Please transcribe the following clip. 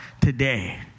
today